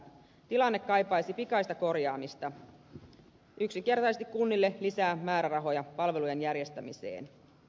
tilanne kaipaisi pikaista korjaamista yksinkertaisesti kunnille lisää määrärahoja palvelujen järjestämiseen